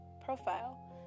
profile